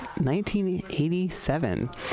1987